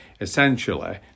essentially